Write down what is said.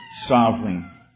sovereign